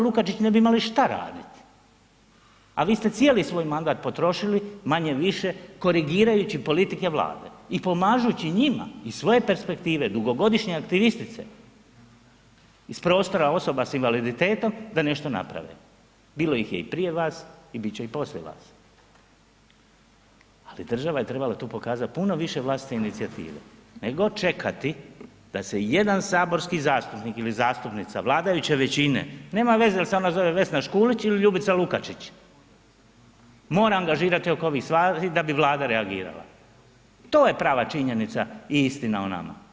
Lukačić ne bi imali šta radit, a vi ste cijeli svoj mandat potrošili manje-više korigirajući politike Vlade i pomažući njima iz svoje perspektive, dugogodišnje aktivistice, iz prostora osoba s invaliditetom da nešto naprave, bilo ih je i prije vas i bit će i poslije vas, ali država je trebala tu pokazat puno više vlastite inicijative nego čekati da se ijedan saborski zastupnik ili zastupnica vladajuće većine, nema veze jel se ona zove Vesna Škulić ili Ljubica Lukačić, mora angažirati oko ovih stvari da bi Vlada reagirala, to je prava činjenica i istina o nama.